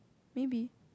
maybe